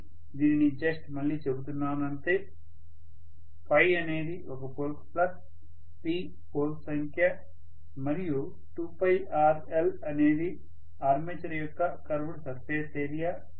నేను దీనిని జస్ట్ మళ్లీ చెబుతున్నాను అంతే Φ ఒక పోల్ కు ఫ్లక్స్ P పోల్స్ సంఖ్య మరియు 2rl అనేది ఆర్మేచర్ యొక్క కర్వుడ్ సర్ఫేస్ ఏరియా